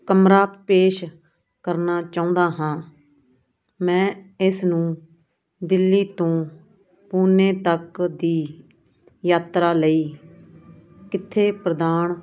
ਕਮਰਾ ਪੇਸ਼ ਕਰਨਾ ਚਾਹੁੰਦਾ ਹਾਂ ਮੈਂ ਇਸ ਨੂੰ ਦਿੱਲੀ ਤੋਂ ਪੁਨੇ ਤੱਕ ਦੀ ਯਾਤਰਾ ਲਈ ਕਿੱਥੇ ਪ੍ਰਦਾਨ